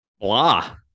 Blah